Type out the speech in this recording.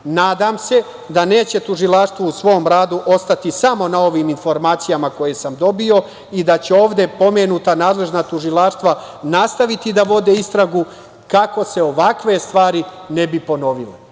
se da neće tužilaštvo u svom radu ostati samo na ovim informacijama koje sam dobio i da će ovde pomenuta nadležna tužilaštva nastaviti da vode istragu kako se ovakve stvari ne bi ponovile. Dakle,